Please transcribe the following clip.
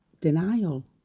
denial